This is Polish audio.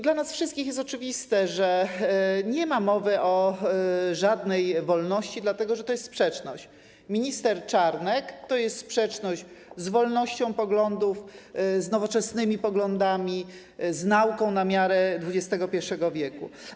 Dla nas wszystkich jest oczywiste, że nie ma mowy o żadnej wolności, dlatego że to jest sprzeczność, minister Czarnek to jest sprzeczność z wolnością poglądów, z nowoczesnymi poglądami, z nauką na miarę XXI w.